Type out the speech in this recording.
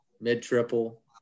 mid-triple